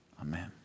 amen